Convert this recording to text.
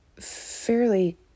fairly